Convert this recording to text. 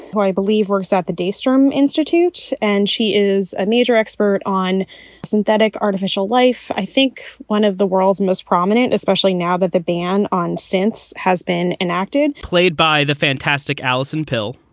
who i believe works at the day strohm institute, and she is a major expert on synthetic artificial life. i think one of the world's most prominent, especially now that the ban on science has been enacted, played by the fantastic alison pill.